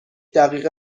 دقیقه